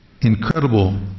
incredible